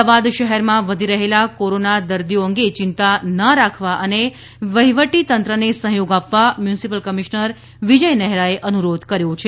અમદાવાદ શહેરમાં વધી રહેલા કોરોના દર્દીઓ અંગે ચિંતા ના રાખવા અને વહીવટી તંત્રને સહયોગ આપવા મ્યુનિસિપલ કમિશ્નર વિજય નહેરાએ અનુરોધ કર્યો છે